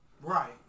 right